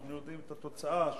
אנחנו יודעים את התוצאה,